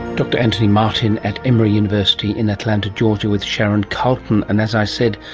dr anthony martin at emory university in atlanta georgia with sharon carleton. and as i said,